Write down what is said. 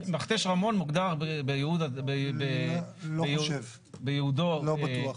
מכתש רמון מוגדר בייעודו --- לא בטוח.